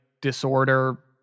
disorder